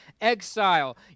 exile